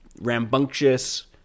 rambunctious